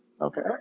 Okay